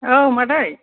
औ मादै